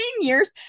years